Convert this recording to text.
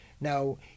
Now